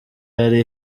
yari